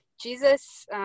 Jesus